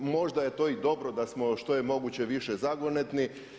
Možda je to i dobro da smo što je moguće više zagonetni.